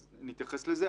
אז נתייחס לזה.